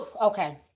Okay